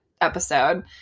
episode